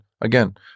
again